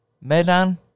Medan